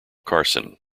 carson